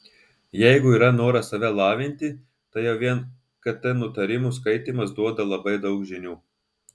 jeigu yra noras save lavinti tai jau vien kt nutarimų skaitymas duoda labai daug žinių